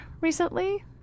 recently